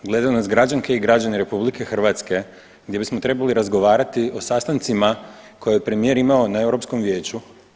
Gledaju nas građanke i građani RH gdje bismo trebali razgovarati o sastancima koje je premijer imao na Europskom vijeću.